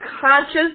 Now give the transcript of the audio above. conscious